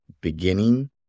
beginning